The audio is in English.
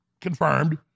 confirmed